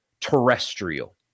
terrestrial